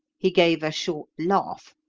he gave a short laugh.